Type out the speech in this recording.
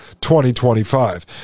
2025